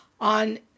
on